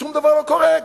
ושום דבר לא קורה.